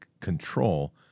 control